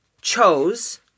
chose